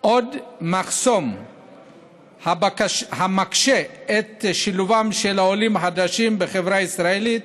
עוד מחסום המקשה את שילובם של העולים החדשים בחברה הישראלית,